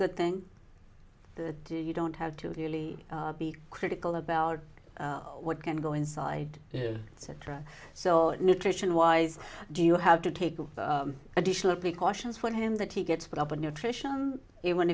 good thing to do you don't have to really be critical about what can go inside so right so nutrition wise do you have to take additional precautions for him that he gets put up a nutrition even